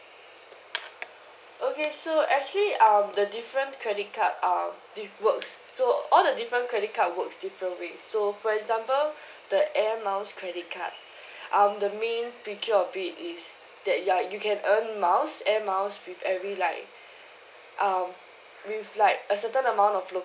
okay so actually um the different credit card um it works so all the different credit card works different way so for example the air miles credit card um the main feature of it is that you're you can earn miles air miles with every like um with like a certain amount of